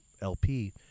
LP